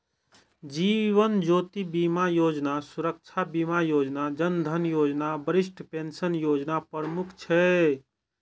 जीवन ज्योति बीमा योजना, सुरक्षा बीमा योजना, जन धन योजना, वरिष्ठ पेंशन योजना प्रमुख छै